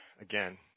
again